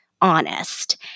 honest